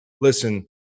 listen